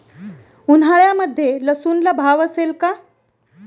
उन्हाळ्यामध्ये लसूणला भाव असेल का?